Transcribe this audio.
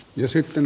ja sitten